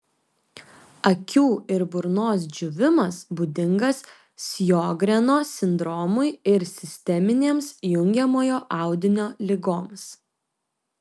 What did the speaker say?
akių ir burnos džiūvimas būdingas sjogreno sindromui ir sisteminėms jungiamojo audinio ligoms